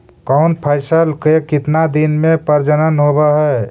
कौन फैसल के कितना दिन मे परजनन होब हय?